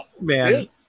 man